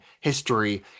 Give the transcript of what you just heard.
history